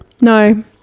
No